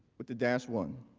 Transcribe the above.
but the dash one.